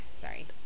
sorry